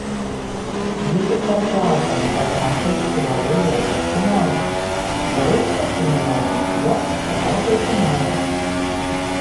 ji tik per plauką nepateko į šuolio į aukštį finalą o rutulio stūmimo rungtyje pateko į finalą